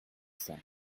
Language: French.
cinq